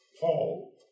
Paul